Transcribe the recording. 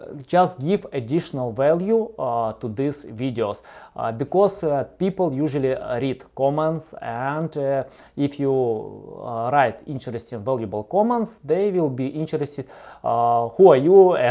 just give additional value ah to this videos because people usually read comments, and if you write interesting valuable comments, they will be interested who are you,